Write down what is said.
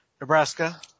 Nebraska